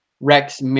Rex